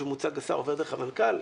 שמוצג לשר עובר דרך המנכ"ל.